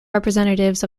representatives